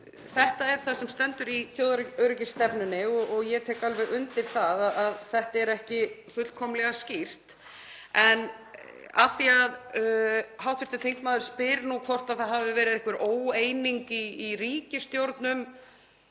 Þetta er það sem stendur í þjóðaröryggisstefnunni og ég tek alveg undir það að þetta er ekki fullkomlega skýrt. En af því að hv. þingmaður spyr hvort það hafi verið einhver óeining í ríkisstjórn um